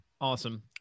Awesome